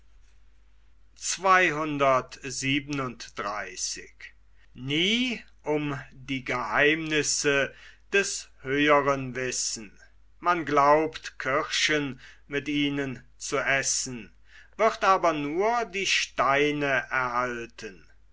man glaubt kirschen mit ihnen zu essen wird aber nur die steine erhalten